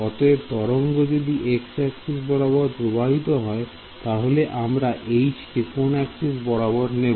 অতএব তরঙ্গ যদি x অ্যাক্সিস বরাবর প্রবাহিত হয় তাহলে আমরা H কে কোন অ্যাক্সিস বরাবর নেব